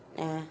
(uh huh)